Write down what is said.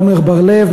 עמר בר-לב,